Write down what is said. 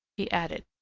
he added.